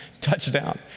Touchdown